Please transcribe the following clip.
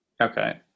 Okay